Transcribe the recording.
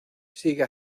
sigue